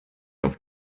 auf